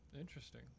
Interesting